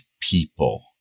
people